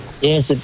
Yes